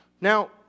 Now